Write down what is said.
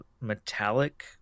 metallic